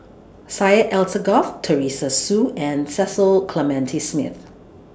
Syed Alsagoff Teresa Hsu and Cecil Clementi Smith